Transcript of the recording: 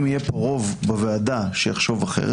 אם יהיה פה רוב בוועדה שיחשוב אחרת,